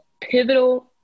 pivotal